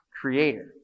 creator